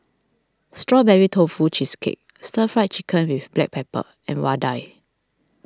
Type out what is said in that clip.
Strawberry Tofu Cheesecake Stir Fry Chicken with Black Pepper and Vadai